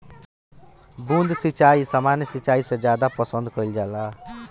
बूंद सिंचाई सामान्य सिंचाई से ज्यादा पसंद कईल जाला